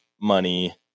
money